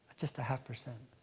just a half percent.